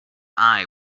eye